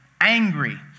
angry